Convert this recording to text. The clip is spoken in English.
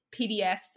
pdfs